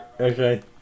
okay